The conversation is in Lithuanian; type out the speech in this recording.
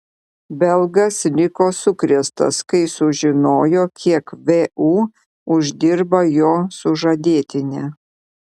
belgas liko sukrėstas kai sužinojo kiek vu uždirba jo sužadėtinė